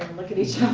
look at each